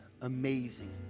amazing